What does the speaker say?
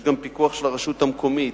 יש גם פיקוח של הרשות המקומית,